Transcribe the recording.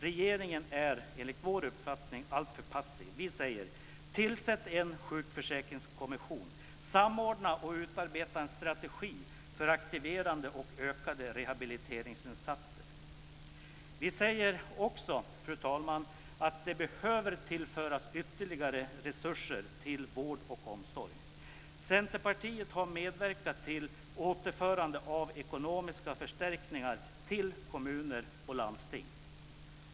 Regeringen är enligt vår uppfattning alltför passiv. Vi säger: Tillsätt en sjukförsäkringskommission. Samordna och utarbeta en strategi för aktiverande och ökade rehabiliteringsinsatser. Vi säger också, fru talman, att det behöver tillföras ytterligare resurser till vård och omsorg. Centerpartiet har medverkat till återförande av ekonomiska förstärkningar till kommuner och landsting.